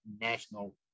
national